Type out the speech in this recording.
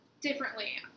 differently